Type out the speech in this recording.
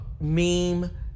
meme